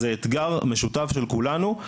אז זה אתגר משותף של כולנו.